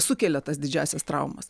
sukelia tas didžiąsias traumas